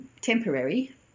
temporary